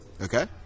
okay